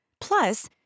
Plus